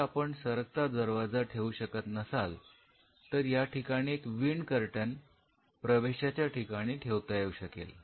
जर आपण सरकता दरवाजा ठेऊ शकत नसाल तर या ठिकाणी एक विंड कर्टन प्रवेशाच्या ठिकाणी ठेवता येऊ शकेल